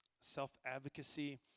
self-advocacy